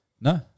No